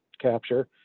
capture